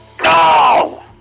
No